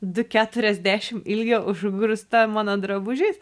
du keturiasdešim ilgio užgrūsta mano drabužiais